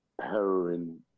heroin